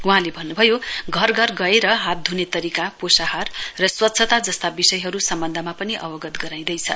वहाँले भन्नुभयो घर घर गएर हातधुने तरीका पोषाहार र स्वच्छता जस्ता विषयहरू सम्वन्धमा पनि अवगत गराईदैछ